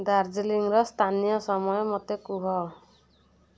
ଦାର୍ଜିଲିଂର ସ୍ଥାନୀୟ ସମୟ ମୋତେ କୁହ